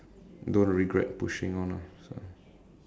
don't regret pushing on ah so